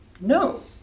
No